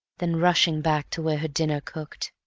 then rushing back to where her dinner cooked.